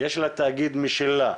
יש לה תאגיד משלה,